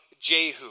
Jehu